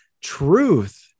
truth